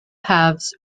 halves